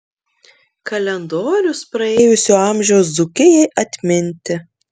kalendorius praėjusio amžiaus dzūkijai atminti